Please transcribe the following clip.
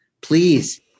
please